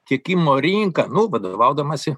tiekimo rinką nu vadovaudamasi